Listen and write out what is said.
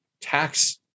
tax